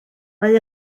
mae